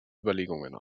überlegungen